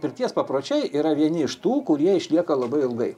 pirties papročiai yra vieni iš tų kurie išlieka labai ilgai